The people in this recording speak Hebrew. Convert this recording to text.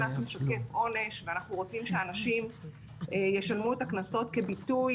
קנס משקף עונש ואנחנו רוצים שאנשים ישלמו את הקנסות כביטוי